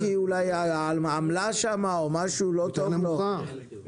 אולי העמלה שם נמוכה יותר או משהו בקרדיט לא טוב לו,